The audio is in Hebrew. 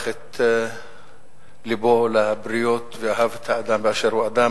את לבו לבריות ואהב את האדם באשר הוא אדם.